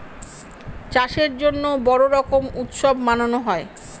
চাষের জন্য বড়ো রকম উৎসব মানানো হয়